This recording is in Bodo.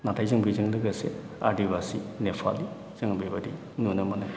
नाथाय जों बेजों लोगोसे आदिबासि नेपालि जोङो बेबायदि नुनो मोनो